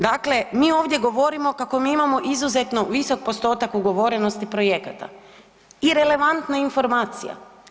Dakle, mi ovdje govorimo kako mi imamo izuzetno visok postotak ugovorenosti projekata, irelevantna informacija.